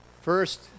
First